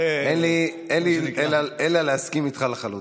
אין לי אלא להסכים איתך לחלוטין.